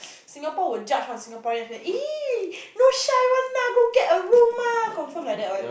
Singapore would judge one Singaporean say !ee! no shy one ah why not lah go get a room confirm like that one